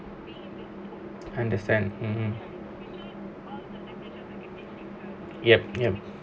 understand mmhmm yep yep